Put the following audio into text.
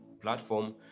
platform